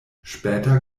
später